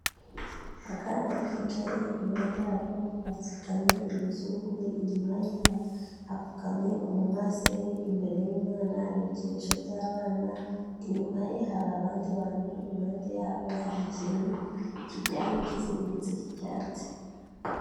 Akana kicaye, impande yako hapfukamye umuzungu, inyuma hapfukamye umumanseri, imbere y'umwana hari ibikinisho by'abana, inyuma ye hari abandi bantu, impande yabo hari ikintu kiryana kizengurutse cy'icyatsi.